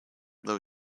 low